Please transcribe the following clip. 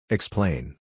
Explain